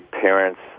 parents